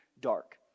dark